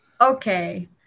Okay